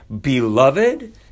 Beloved